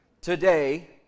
Today